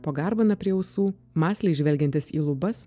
po garbaną prie ausų mąsliai žvelgiantys į lubas